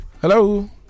hello